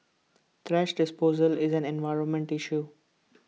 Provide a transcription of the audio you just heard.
thrash disposal is an environmental issue